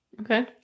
Okay